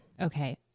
Okay